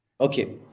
okay